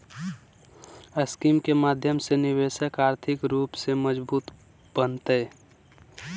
scheme के माध्यम से निवेशक आर्थिक रूप से मजबूत बनतय